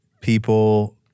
people